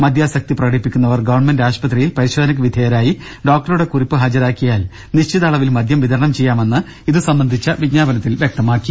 മദ്യാസക്തി പ്രകടിപ്പിക്കുന്നവർ ഗവൺമെന്റ് ആശുപത്രിയിൽ പരിശോധനക്ക് വിധേയരായി ഡോക്ടറുടെ കുറിപ്പ് ഹാജരാക്കിയാൽ നിശ്ചിത അളവിൽ മദ്യം വിതരണം ചെയ്യാമെന്ന് ഇതുസംബന്ധിച്ച വിജ്ഞാപനത്തിൽ വ്യക്തമാക്കി